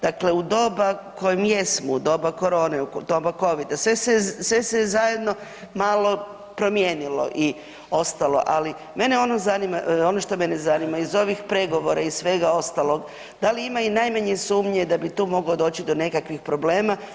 Dakle, u doba u kojem jesmo, u doba korone, doba Covida, sve se je zajedno malo promijenilo i ostalo, ali mene ono zanima, ono što mene zanima, iz ovih pregovora, iz svega ostalog, da li ima i najmanje sumnje da bi tu moglo doći do nekakvih problema?